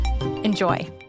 Enjoy